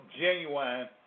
genuine